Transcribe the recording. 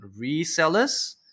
Resellers